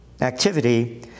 activity